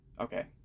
Okay